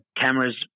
cameras